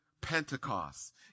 Pentecost